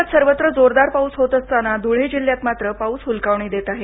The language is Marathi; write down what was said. राज्यात सर्वत्र जोरदार पाऊस होत असतांना धुळे जिल्ह्यात मात्र पाऊस हुलकावणी देत आहे